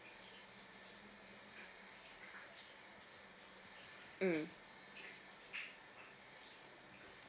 mm